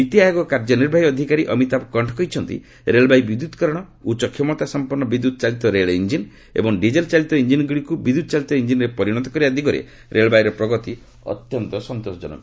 ନୀତିଆୟୋଗ କାର୍ଯ୍ୟ ନିର୍ବାହୀ ଅଧିକାରୀ ଅମିତାଭ କଣ୍ଠ କହିଛନ୍ତି ରେଳବାଇ ବିଦ୍ୟତିକରଣ ଉଚ୍ଚ କ୍ଷମତା ସମ୍ପନ୍ନ ବିଦ୍ୟୁତ୍ ଚାଳିତ ରେଳ ଇଞ୍ଜିନ୍ ଏବଂ ଡିଜେଲ୍ ଚାଳିତ ଇଞ୍ଜିନ୍ଗୁଡ଼ିକୁ ବିଦ୍ୟୁତ୍ ଚାଳିତ କଞ୍ଜିନ୍ରେ ପରିଣତ କରିବା ଦିଗରେ ରେଳବାଇର ପ୍ରଗତି ଅତ୍ୟନ୍ତ ସନ୍ତୋଷ ଜନକ